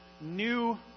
new